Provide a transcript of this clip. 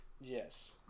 Yes